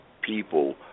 people